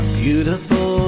beautiful